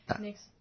Next